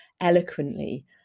eloquently